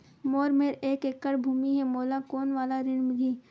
मोर मेर एक एकड़ भुमि हे मोला कोन वाला ऋण मिलही?